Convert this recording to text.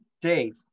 Dave